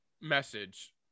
message